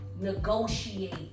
negotiate